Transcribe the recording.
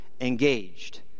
engaged